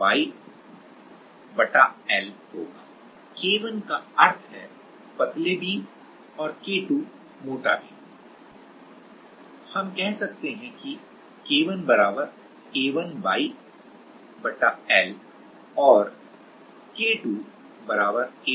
slide समय 1955 देखें K1 का अर्थ है पतले बीम और K2 मोटा बीम है हम कह सकते हैं कि K1 A1YL और K2 A2YL